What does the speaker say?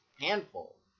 handful